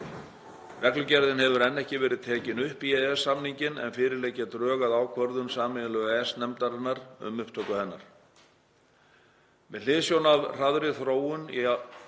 Reglugerðin hefur enn ekki verið tekin upp í EES-samninginn en fyrir liggja drög að ákvörðun sameiginlegu EES-nefndarinnar um upptöku hennar. Með hliðsjón af hraðri þróun í þá